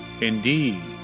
indeed